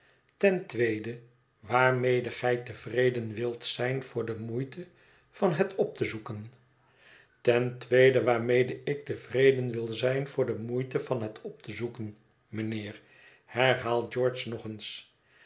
ten tweede waarmede gij tevreden wilt zijn voor de moeite van het op te zoeken ten tweede waarmede ik tevreden wil zijn voor de moeite van het op te zoeken mijnheer herhaalt george nog eens